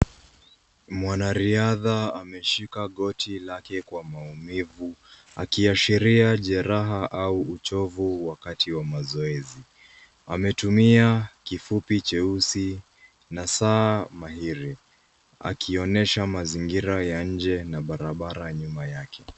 Mwanariadha ameshika goti lake kwa maumivu akiashiria furaha au uchovu wakati wakati wa mazoezi. Ametuni kivufi cheusi na saa mahiri akionyesha mazingira ya nje na barabara nyuma yake.